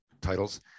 titles